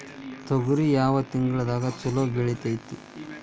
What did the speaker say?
ತೊಗರಿ ಯಾವ ತಿಂಗಳದಾಗ ಛಲೋ ಬೆಳಿತೈತಿ?